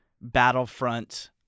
Battlefront-